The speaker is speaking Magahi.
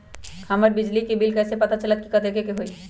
हमर बिजली के बिल कैसे पता चलतै की कतेइक के होई?